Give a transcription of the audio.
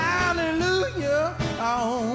Hallelujah